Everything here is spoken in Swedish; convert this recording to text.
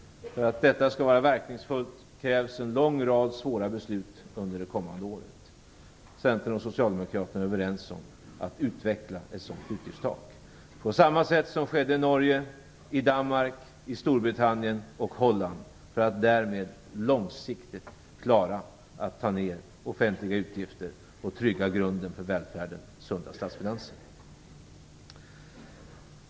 För att detta skall vara verkningsfullt krävs en lång rad svåra beslut under det kommande året. Centern och Socialdemokraterna är överens om att utveckla ett sådant utgiftstak på samma sätt som skedde i Norge, Danmark, Storbritannien och Holland för att därmed långsiktigt klara att ta ned offentliga utgifter och trygga grunden för välfärden och sunda statsfinanser.